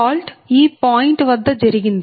fault ఈ point వద్ద జరిగింది